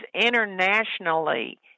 internationally